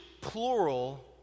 plural